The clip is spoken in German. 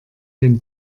den